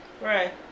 Right